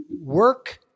work